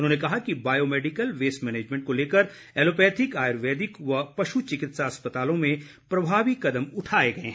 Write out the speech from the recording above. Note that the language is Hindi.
उन्होंने कहा कि बायोमैडिकल वेस्ट मैनेजमेंट को लेकर एलोपैथिक आयुर्वेदिक व पश् चिकित्सा अस्पतालों में प्रभावी कदम उठाए गए हैं